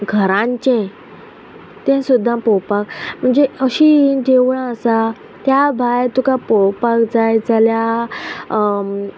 घरांचे तें सुद्दां पोवपाक म्हणजे अशी देवळां आसा त्या भायर तुका पळोवपाक जाय जाल्या